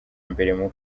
mbere